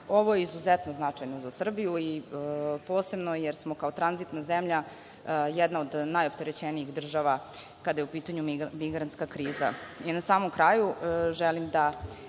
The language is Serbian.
Ovo je izuzetno značajno za Srbiju i posebno jer smo kao tranzitna zemlja jedno od najopterećenijih država kada je u pitanju migrantska kriza. Na samom kraju, želim da